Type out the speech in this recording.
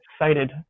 excited